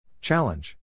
Challenge